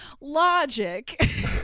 logic